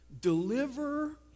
Deliver